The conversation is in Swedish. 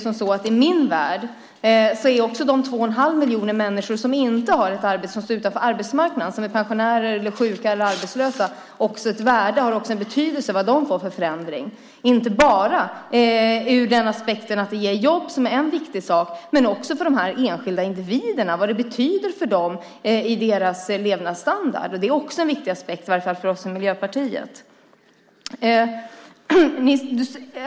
I min värld har också de 2 1⁄2 miljon människor som inte har ett arbete, som står utanför arbetsmarknaden, som är pensionärer, sjuka eller arbetslösa, också ett värde. Det har också en betydelse vilken förändring de får. Det handlar inte bara om den aspekten att det ger jobb, vilket är en viktig sak, utan också om de enskilda individerna och vad det betyder för dem och deras levnadsstandard. Det är också en viktig aspekt, i varje fall för oss i Miljöpartiet.